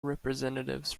representatives